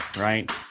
Right